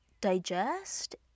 digest